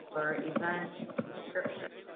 event description.